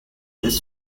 this